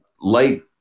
light